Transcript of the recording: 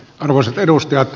arvoisat edustajat